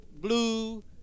blue